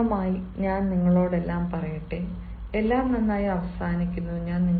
ആത്യന്തികമായി ഞാൻ നിങ്ങളോട് എല്ലാം പറയട്ടെ എല്ലാം നന്നായി അവസാനിക്കുന്നു